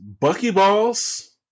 buckyballs